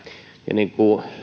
niin kuin